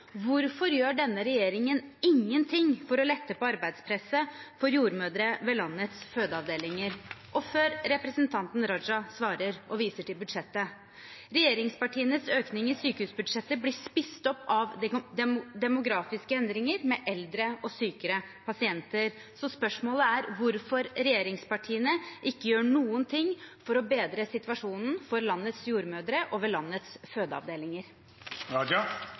Hvorfor gjør denne regjeringen ingen ting for å lette på arbeidspresset for jordmødre ved landets fødeavdelinger? Før representanten Raja svarer og viser til budsjettet: Regjeringspartienes økning i sykehusbudsjettet blir spist opp av demografiske endringer med eldre og sykere pasienter. Spørsmålet er hvorfor regjeringspartiene ikke gjør noen ting for å bedre situasjonen for landets jordmødre og ved landets